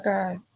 God